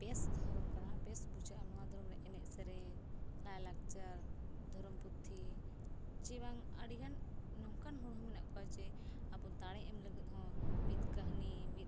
ᱵᱮᱥ ᱫᱷᱚᱨᱚᱢ ᱠᱟᱱᱟ ᱵᱮᱥ ᱵᱩᱡᱷᱟᱹᱜᱼᱟ ᱱᱚᱣᱟ ᱫᱷᱚᱨᱚᱢ ᱨᱮ ᱮᱱᱮᱡᱼᱥᱮᱨᱮᱧ ᱞᱟᱭᱼᱞᱟᱠᱪᱟᱨ ᱫᱷᱚᱨᱚᱢ ᱯᱩᱛᱷᱤ ᱡᱮ ᱵᱟᱝ ᱟᱹᱰᱤᱜᱟᱱ ᱱᱚᱝᱠᱟᱱ ᱦᱚᱲᱦᱚᱸ ᱢᱮᱱᱟᱜ ᱠᱚᱣᱟ ᱡᱮ ᱟᱵᱚ ᱫᱟᱲᱮ ᱮᱢ ᱞᱟᱹᱜᱤᱫ ᱦᱚᱸ ᱢᱤᱫ ᱠᱟᱹᱦᱟᱱᱤ ᱢᱤᱫ